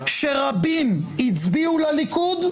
שרבים הצביעו לליכוד,